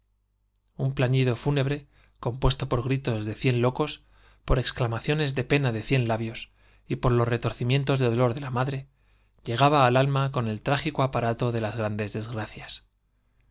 un plañido fúnebre compuesto por g'itos de cien locos por exclamaciones de pena de cien labios y por los retorcimientos de dolor de la madre llegaba al alma con el trágico aparato de as grandes desgra